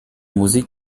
musik